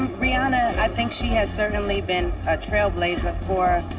rihanna, i think she has certainly been a trailblazer for